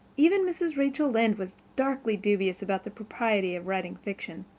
even mrs. rachel lynde was darkly dubious about the propriety of writing fiction,